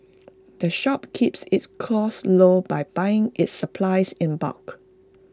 the shop keeps its costs low by buying its supplies in bulk